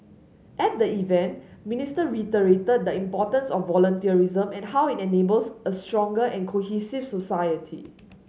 at the event Minister reiterated the importance of voluntarism and how it enables a stronger and cohesive society